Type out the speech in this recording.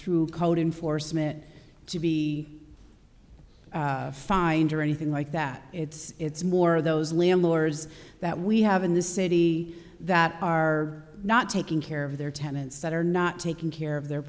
through code enforcement to be find or anything like that it's it's more those landlords that we have in this city that are not taking care of their tenants that are not taking care of their